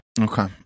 Okay